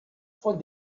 von